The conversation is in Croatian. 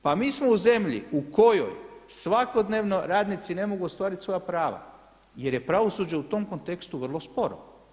Pa mi smo u zemlji u kojoj svakodnevno radnici ne mogu ostvariti svoja prava jer je pravosuđe u tom kontekstu vrlo sporo.